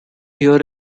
here